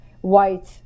white